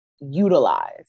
utilize